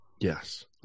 Yes